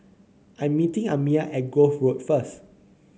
I'm meeting Amiah at Grove Road first